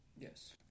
Yes